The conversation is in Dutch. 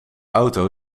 auto